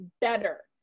better